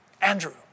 Andrew